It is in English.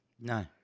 no